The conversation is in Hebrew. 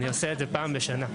אני עושה את זה פעם בשנה.